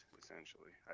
essentially